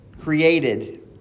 created